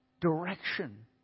direction